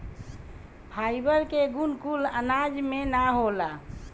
fibre के गुण कुल अनाज में ना होला